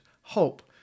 hope